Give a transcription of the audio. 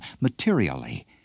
materially